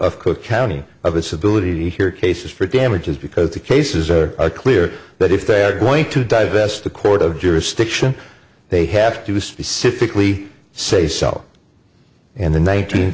of cook county of its ability to hear cases for damages because the cases are clear that if they are going to divest the court of jurisdiction they have to specifically say so in the nineteen